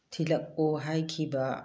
ꯊꯤꯜꯂꯛꯑꯣ ꯍꯥꯏꯈꯤꯕ